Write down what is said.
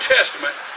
Testament